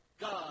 God